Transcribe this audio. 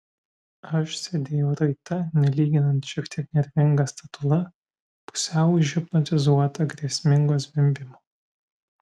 aš sėdėjau raita nelyginant šiek tiek nervinga statula pusiau užhipnotizuota grėsmingo zvimbimo